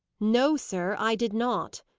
no, sir, i did not,